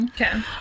Okay